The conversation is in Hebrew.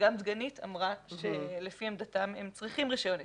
וגם דגנית אמרה שלפי עמדתם הם צריכים רישיון עסק.